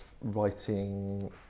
writing